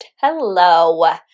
Hello